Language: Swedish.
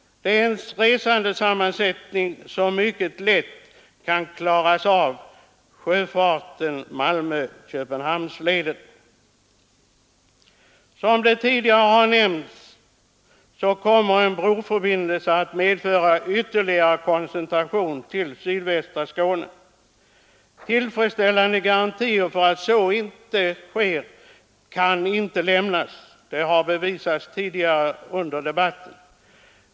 Det är en resandesammansättning som mycket lätt kan klaras av sjöfarten på leden Malmö—Köpenhamn. Som tidigare nämnts, kommer en broförbindelse att medföra ytterligare koncentration till sydvästra Skåne. Tillfredsställande garantier för att så inte sker kan inte lämnas, det har bevisats tidigare under debatten.